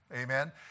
Amen